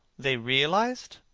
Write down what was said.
they realized